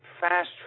fast